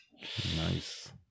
Nice